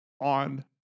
on